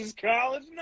college